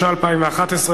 התשע"א 2011,